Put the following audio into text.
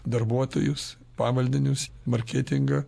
darbuotojus pavaldinius marketingą